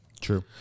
True